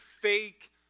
fake